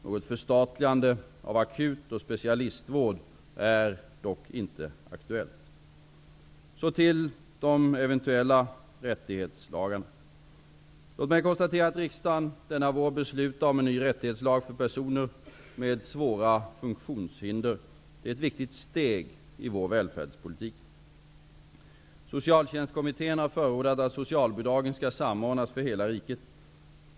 Något förstatligande av akut och specialistvård är dock inte aktuellt. Så till de eventuella rättighetslagarna. Låt mig konstatera att riksdagen denna vår beslutar om en ny rättighetslag för personer med svåra funktionshinder. Det är ett viktigt steg i vår välfärdspolitik. Socialtjänstkommittén har förordat att socialbidragen skall samordnas för hela riket.